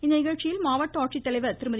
இந்நிகழ்ச்சியில் மாவட்ட ஆட்சித்தலைவர் திருமதி